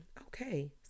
Okay